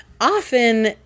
often